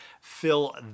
fill